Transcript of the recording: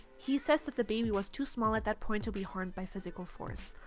he says that the baby was too small at that point to be harmed by physical force.